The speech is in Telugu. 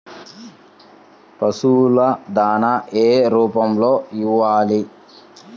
పశువుల దాణా ఏ రూపంలో ఇవ్వాలి?